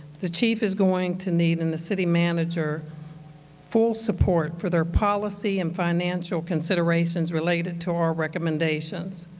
the chief is going to need and the city manager full support for their policy and financial considerations related to our recommendations.